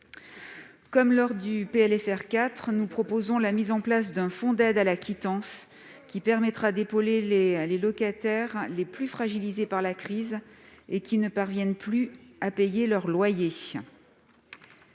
Comme lors du PLFR 4, nous proposons de mettre en place un fonds d'aide à la quittance pour épauler les locataires les plus fragilisés par la crise qui ne parviennent plus à payer leur loyer.